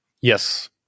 Yes